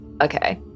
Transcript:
Okay